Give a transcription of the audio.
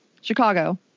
chicago